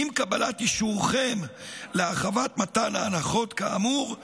עם קבלת אישורכם להרחבת מתן ההנחות כאמור,